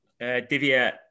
divya